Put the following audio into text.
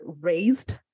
raised